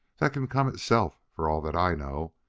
that can come itself, for all that i know,